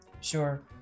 Sure